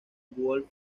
wolf